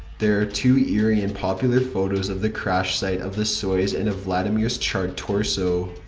there are two eerie and popular photos of the crash site of the soyuz and of valdimir's charred torso.